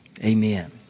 Amen